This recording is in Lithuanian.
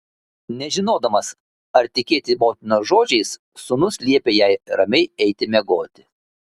nežinodamas ar tikėti motinos žodžiais sūnus liepė jai ramiai eiti miegoti